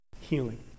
healing